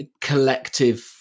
collective